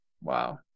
Wow